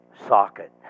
socket